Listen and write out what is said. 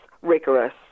rigorous